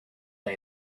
day